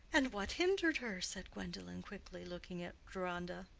and what hindered her? said gwendolen, quickly, looking at deronda.